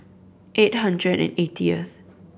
eight hundred and eightieth